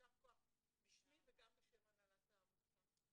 יישר כוח בשמי וגם בשם הנהלת העמותה.